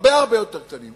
הרבה הרבה יותר קטנים.